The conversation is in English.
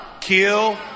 Kill